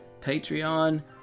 Patreon